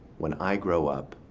when i grow up,